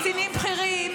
קצינים בכירים,